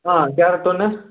ஆ carrot ஒன்று